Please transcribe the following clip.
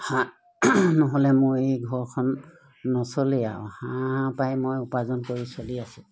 হাঁহ নহ'লে মোৰ এই ঘৰখন নচলেই আৰু হাঁহৰ পৰাই মই উপাৰ্জন কৰি চলি আছোঁ